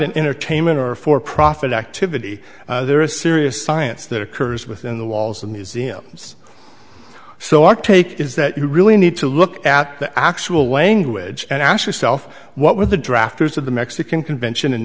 an entertainment or for profit activity there is serious science that occurs within the walls of museums so our take is that you really need to look at the actual language and ask yourself what were the drafters of the mexican convention in